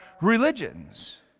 religions